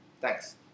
Thanks